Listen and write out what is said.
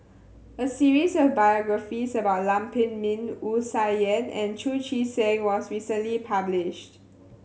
a series of biographies about Lam Pin Min Wu Tsai Yen and Chu Chee Seng was recently published